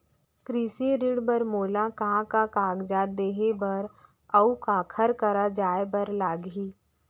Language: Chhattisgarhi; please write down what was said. कृषि ऋण बर मोला का का कागजात देहे बर, अऊ काखर करा जाए बर लागही?